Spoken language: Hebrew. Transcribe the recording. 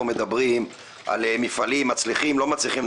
מדברים על מפעלים מצליחים או לא מצליחים,